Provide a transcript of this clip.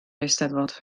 eisteddfod